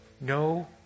No